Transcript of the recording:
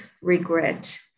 regret